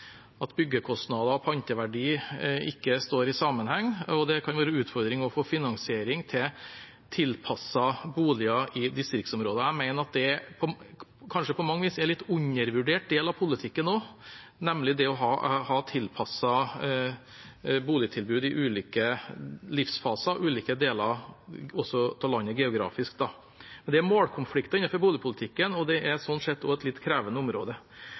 byggekostnader og panteverdi ikke står i sammenheng, og det kan være en utfordring å få finansiering til tilpassede boliger i distriktsområder. Jeg mener at det på mange vis er en litt undervurdert del av politikken også, nemlig det å ha tilpasset boligtilbud i ulike livsfaser, ulike deler av landet, også geografisk. Det er målkonflikter innenfor boligpolitikken, og det er sånn sett også et litt krevende område.